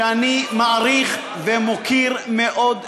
שאני מעריך ומוקיר מאוד מאוד,